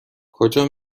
کجا